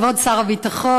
כבוד שר הביטחון,